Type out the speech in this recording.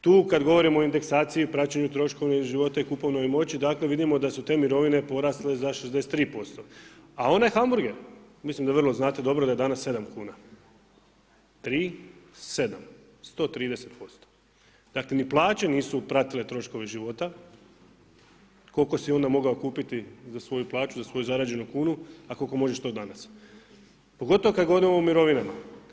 Tu kada govorimo o indeksaciji praćenju troškova života i kupovnoj moći vidimo da su te mirovine porasle za 63%, a onaj hamburger mislim da vrlo znate dobro da je danas sedam kuna, 3-7 130% dakle ni plaće nisu pratile troškove života koliki si onda mogao kupiti za svoju plaću za svoju zarađenu kunu, a koliko to možeš to danas, pogotovo kada govorimo o mirovinama.